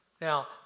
Now